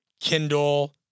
Kindle